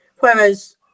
Whereas